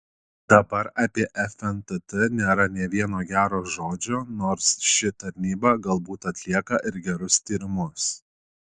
dabar apie fntt nėra nė vieno gero žodžio nors ši tarnyba galbūt atlieka ir gerus tyrimus